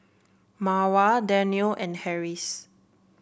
Mawar Daniel and Harris